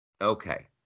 Okay